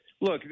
look